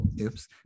oops